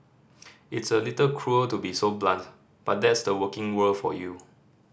it's a little cruel to be so blunt but that's the working world for you